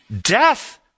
Death